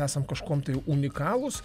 esam kažkuom tai unikalūs